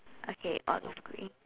okay on okay